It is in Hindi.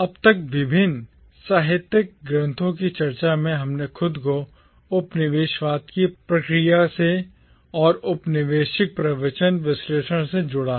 अब तक विभिन्न साहित्यिक ग्रंथों की चर्चा में हमने खुद को उपनिवेशवाद की प्रक्रिया से और औपनिवेशिक प्रवचन विश्लेषण से जोड़ा है